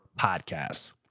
podcasts